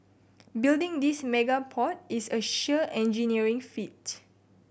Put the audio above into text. building this mega port is a sheer engineering feat